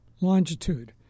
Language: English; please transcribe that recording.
longitude